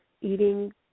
eating